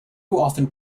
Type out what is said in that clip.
often